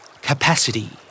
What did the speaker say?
Capacity